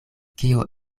kio